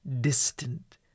distant